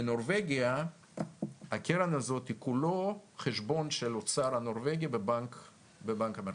בנורבגיה הקרן הזאת היא כולה חשבון של האוצר הנורבגי והבנק המרכזי.